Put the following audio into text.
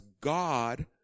God